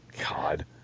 god